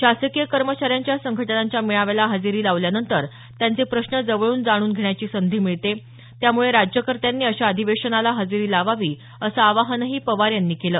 शासकीय कर्मचाऱ्यांच्या संघटनांच्या मेळाव्याला हजेरी लावल्यानंतर त्यांचे प्रश्न जवळून जाणून घेण्याची संधी मिळते त्यामुळे राज्यकर्त्यांनी अशा अधिवेशनाला हजेरी लावावी असं आवाहनही पवार यांनी केलं